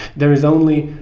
there is only,